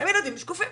הם ילדים שקופים,